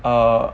err